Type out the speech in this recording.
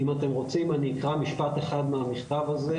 אם אתם רוצים אני אקרא משפט אחד מהמכתב הזה: